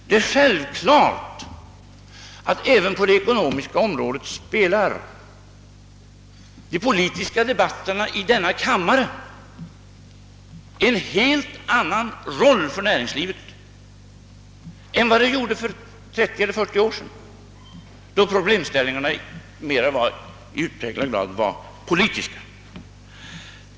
Det är självklart att de politiska debatterna i denna kammare även på det ekonomiska området spelar en helt annan roll för näringslivet än vad de gjorde för trettio eller fyrtio år sedan, då problemställningarna i mera utpräglad grad var politiska.